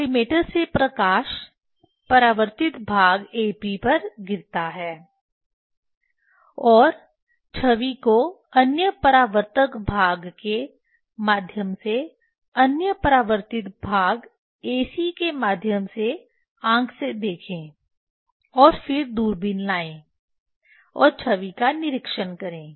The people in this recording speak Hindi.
कॉलिमेटर से प्रकाश परावर्तित भाग AB पर गिरता है और छवि को अन्य परावर्तक भाग के माध्यम से अन्य परावर्तित भाग AC के माध्यम से आंख से देखें और फिर दूरबीन लाए और छवि का निरीक्षण करें